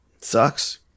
sucks